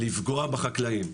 לפגוע בחקלאים.